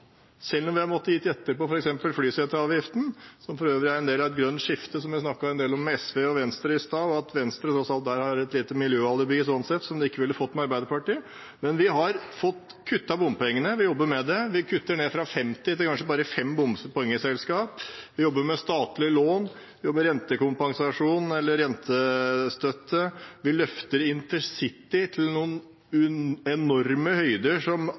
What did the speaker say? selv om vi har måttet gi etter for f.eks. flyseteavgiften, som for øvrig er en del av et grønt skifte, som vi snakket en del om med SV og Venstre i stad, og at Venstre der tross alt har et lite miljøalibi, slik sett, som de ikke ville fått med Arbeiderpartiet. Men vi har kuttet i bompengene – vi jobber med det, vi kutter fra 50 til kanskje bare fem bompengeselskap – vi jobber med statlige lån, med rentekompensasjon, eller rentestøtte, vi løfter intercity til enorme høyder, som